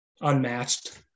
unmatched